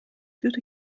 würde